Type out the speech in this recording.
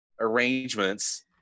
arrangements